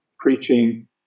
preaching